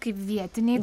kaip vietiniai